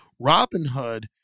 Robinhood